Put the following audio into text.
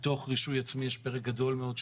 בתוך רישוי עצמי יש פרק גדול מאוד,